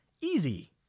Easy